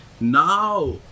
now